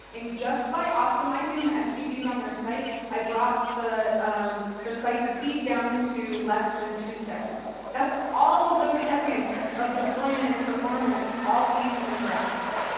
and just by optimizing the svgs on their site, i brought the the site speed down to less than two seconds. that's all of those seconds of deployment and performance, all came from the graphics.